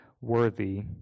worthy